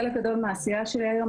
חלק גדול מהעשייה שלי היום,